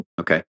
Okay